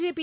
JP